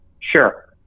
Sure